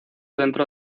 dentro